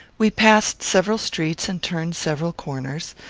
we passed several streets and turned several corners.